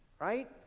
right